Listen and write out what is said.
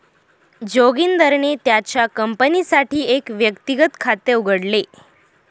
जोगिंदरने त्याच्या कंपनीसाठी एक व्यक्तिगत खात उघडले